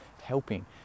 helping